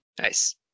Nice